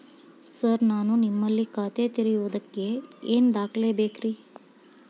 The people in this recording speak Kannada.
ಸರ್ ನಾನು ನಿಮ್ಮಲ್ಲಿ ಖಾತೆ ತೆರೆಯುವುದಕ್ಕೆ ಏನ್ ದಾಖಲೆ ಬೇಕ್ರಿ?